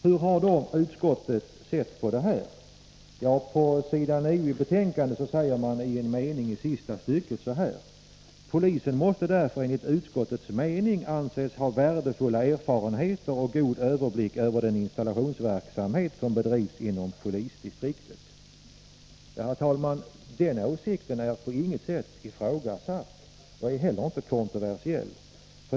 Hur har då utskottet sett på detta? På s. 9 i betänkandet sägs i en mening i sista stycket: ”Polisen måste därför enligt utskottets mening anses ha värdefulla erfarenheter och god överblick över den installationsverksamhet som bedrivs inom polisdistriktet.” Herr talman! Den åsikten har jag på inget sätt ifrågasatt, och den är inte heller kontroversiell.